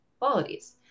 qualities